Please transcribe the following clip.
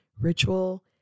ritual